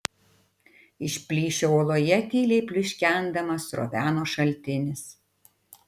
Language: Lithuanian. iš plyšio uoloje tyliai pliuškendamas sroveno šaltinis